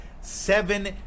seven